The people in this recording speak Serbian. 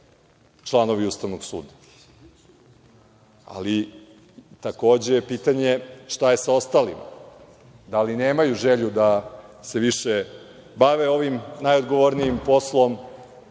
članovi Ustavnog suda. Ali, takođe je pitanje – šta je sa ostalima? Da li nemaju želju da se više bave ovim najodgovornijim poslom,